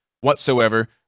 whatsoever